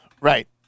Right